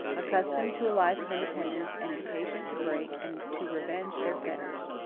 accustomed to a life of independence, and impatient to break and to revenge their fetters.